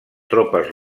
tropes